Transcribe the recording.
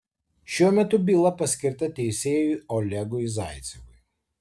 šiuo metu byla paskirta teisėjui olegui zaicevui